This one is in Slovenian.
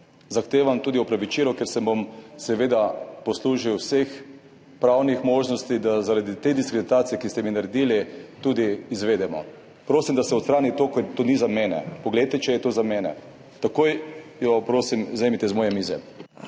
Zahtevam tudi opravičilo, ker se bom seveda poslužil vseh pravnih možnosti, da zaradi te diskreditacije, ki ste mi jo povzročili, tudi ukrepamo. Prosim, da se odstrani to, ker to ni za mene. Poglejte, če je to za mene. Takoj jo, prosim, vzemite z moje mize.